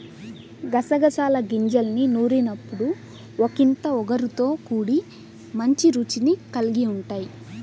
గసగసాల గింజల్ని నూరినప్పుడు ఒకింత ఒగరుతో కూడి మంచి రుచిని కల్గి ఉంటయ్